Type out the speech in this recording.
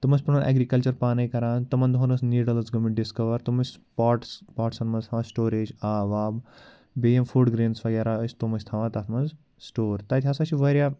تِم ٲس پَنُن اٮ۪گرِکَلچَر پانَے کَران تِمَن دۄہَن ٲس نیٖڈٕلٕز گٔمٕتۍ ڈِسکوَر تِم ٲسۍ پاٹٕس پاٹسن منٛز تھاوان سِٹوریج آب واب بیٚیہِ یِم فُڈ گرٛینٕز وغیرہ ٲسۍ تِم ٲسۍ تھاوان تَتھ منٛز سِٹور تَتہِ ہَسا چھِ واریاہ